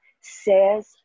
says